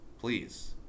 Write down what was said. Please